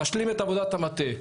תשלים את עבודת המטה,